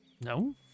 No